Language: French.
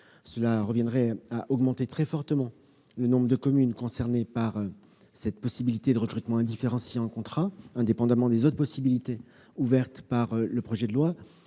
Cela revient à augmenter très fortement le nombre de communes concernées par la possibilité de recrutement indifférencié par contrat, indépendamment des autres possibilités ouvertes par le projet de loi,